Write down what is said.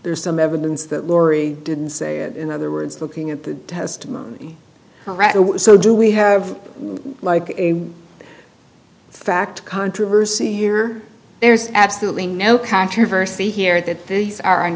there's some evidence that laurie didn't say in other words looking at the testimony so do we have like a fact controversy here there's absolutely no controversy here that